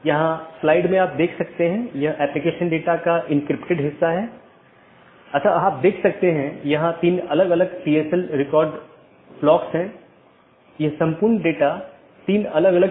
और अगर आप फिर से याद करें कि हमने ऑटॉनमस सिस्टम फिर से अलग अलग क्षेत्र में विभाजित है तो उन क्षेत्रों में से एक क्षेत्र या क्षेत्र 0 बैकबोन क्षेत्र है